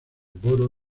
boro